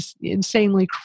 insanely